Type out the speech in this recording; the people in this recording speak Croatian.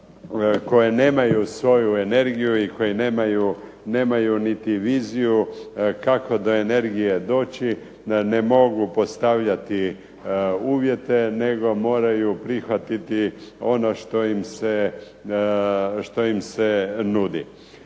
koje nemaju svoju energiju i koje nemaju niti viziju kako do energije doći ne mogu postavljati uvjete nego moraju prihvatiti ono što im se nudi.